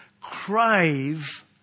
crave